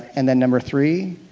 and then, number three.